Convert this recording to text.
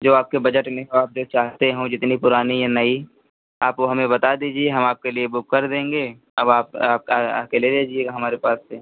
जो आपके बजट में हो आप जो चाहते हों जितनी पुरानी या नई आप वो हमें बता दीजिए हम आपके लिए बुक कर देंगे अब आप आप आ कर ले लीजिएगा हमारे पास से